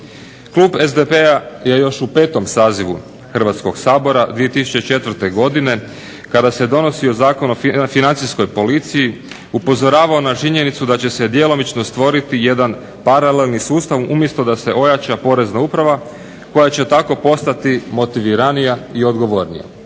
Klub SDP-a je još u 5. sazivu Hrvatskog sabora 2004. godine kada se donosio Zakon o Financijskoj policiji upozoravao na činjenicu da će se djelomično stvoriti jedan paralelni sustav umjesto da se ojača Porezna uprava koja će tako postati motiviranija i odgovornija.